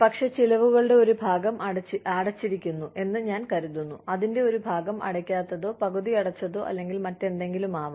പക്ഷേ ചിലവുകളുടെ ഒരു ഭാഗം അടച്ചിരിക്കുന്നു എന്ന് ഞാൻ കരുതുന്നു അതിന്റെ ഒരു ഭാഗം അടയ്ക്കാത്തതോ പകുതി അടച്ചതോ അല്ലെങ്കിൽ മറ്റെന്തെങ്കിലും ആവാം